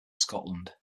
scotland